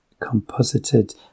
composited